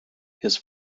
his